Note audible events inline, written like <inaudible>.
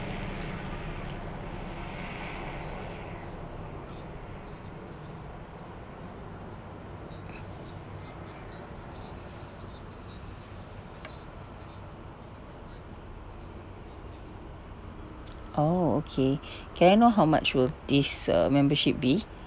oh okay <breath> can I know how much will this uh membership be